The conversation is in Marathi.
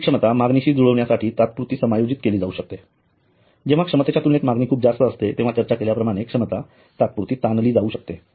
सेवेची क्षमता मागणीशी जुळण्यासाठी तात्पुरती समायोजित केली जाऊ शकते जेव्हा क्षमतेच्या तुलनेत मागणी खूप जास्त असते तेंव्हा चर्चा केल्याप्रमाणे क्षमता तात्पुरती ताणली जाऊ शकते